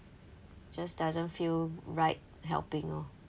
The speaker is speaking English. just doesn't feel right helping lor